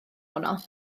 honno